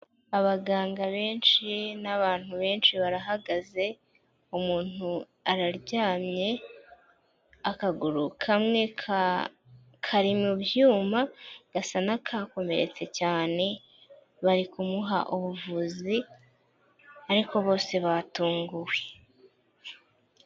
Abaganga benshi n'abantu benshi barahagaze, umuntu araryamye akaguru kamwe kari mu byuma, gasa n'akakomeretse cyane, bari kumuha ubuvuzi ariko bose batunguwe.